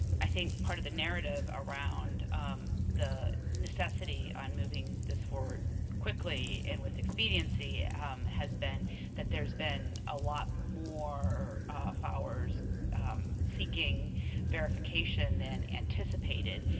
i think part of the narrative around the necessity on moving this forward quickly and with expediency um has been that there has been a lot more fower's seeking verification than anticipated.